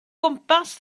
gwmpas